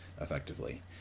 effectively